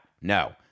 no